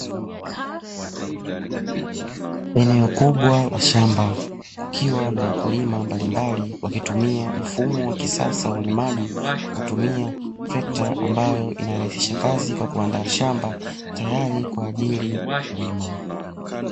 Eneo kubwa la shamba kukiwa na wakulima mbalimbali wakitumia mfumo wa kisasa wa ulimaji, kutumia trekta ambayo inarahisisha kazi kwa kuanda shamba tayari kwa ajili ya kulima.